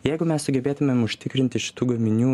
jeigu mes sugebėtumėm užtikrinti šitų gaminių